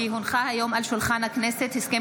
כי הונח היום על שולחן הכנסת הסכם